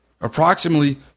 Approximately